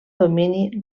domini